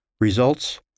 Results